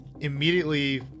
immediately